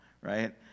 right